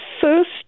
first